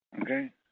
Okay